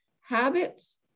habits